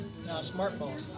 smartphone